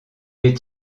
est